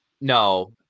No